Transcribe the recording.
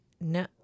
no